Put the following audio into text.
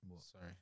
Sorry